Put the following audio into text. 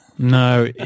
No